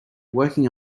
working